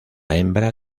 hembra